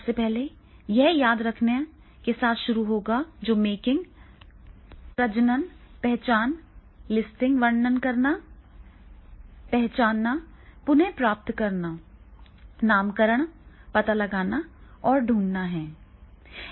सबसे पहले यह याद रखने के साथ शुरू होगा जो मगिंग प्रजनन पहचान लिस्टिंग वर्णन करना पहचानना पुनः प्राप्त करना नामकरण पता लगाना और ढूंढना है